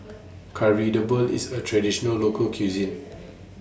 Kari Debal IS A Traditional Local Cuisine